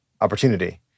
opportunity